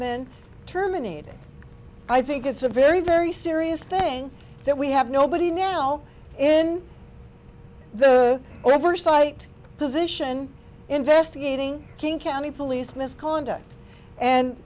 been terminated i think it's a very very serious thing that we have nobody now in the oversight position investigating king county police misconduct and